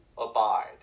Abide